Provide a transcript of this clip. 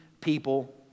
people